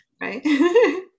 right